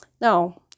Now